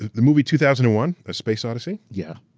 the movie two thousand and one a space odyssey? yeah.